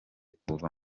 kuva